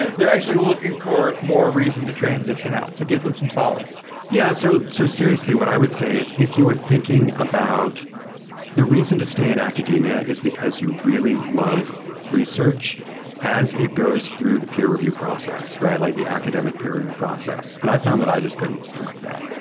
they're actually looking for more reason to transition out. give them some solace yeah. so so seriously, what i would say, is if you are thinking about the reason to stay in academia is because you really love research as it goes through the peer review process, like the academic peer review process. and i found that i just couldn't stomach that.